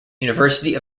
university